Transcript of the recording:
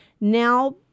now